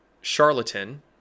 Charlatan